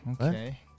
Okay